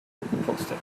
gepostet